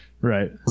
Right